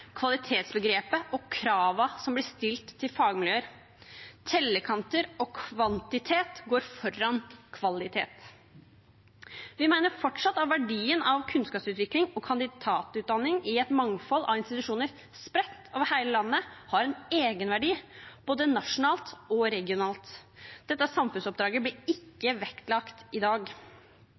kvalitetsbegrepet og kravene som ble stilt til fagmiljøer. Tellekanter og kvantitet går foran kvalitet. Vi mener fortsatt at verdien av kunnskapsutvikling og kandidatutdanning i et mangfold av institusjoner spredt over hele landet har en egenverdi, både nasjonalt og regionalt. Dette samfunnsoppdraget blir ikke vektlagt i dag.